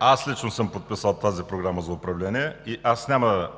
аз лично съм подписал тази Програма за управление и няма да